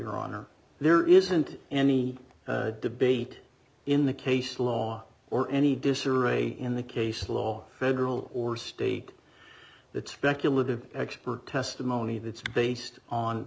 honor there isn't any debate in the case law or any disarray in the case law federal or state that speculative expert testimony that's based on